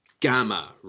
Gamma